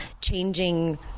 Changing